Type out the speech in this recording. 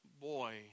boy